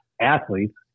athletes